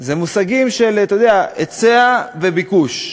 זה מושגים של היצע וביקוש,